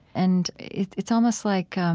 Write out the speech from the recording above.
and it's it's almost like